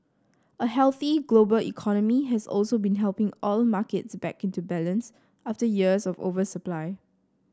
a healthy global economy has also been helping oil markets back into balance after years of oversupply